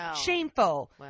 Shameful